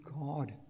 God